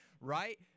right